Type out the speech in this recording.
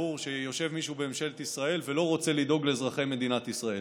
סבור שיושב מישהו בממשלת ישראל ולא רוצה לדאוג לאזרחי מדינת ישראל.